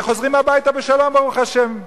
וחוזרים הביתה בשלום, ברוך השם.